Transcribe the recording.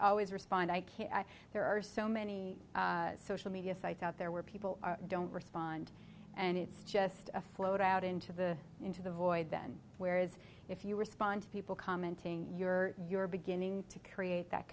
always respond i can there are so many social media sites out there where people are don't respond and it's just a flowed out into the into the void then whereas if you respond to people commenting you're you're beginning to create that